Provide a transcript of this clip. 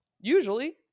Usually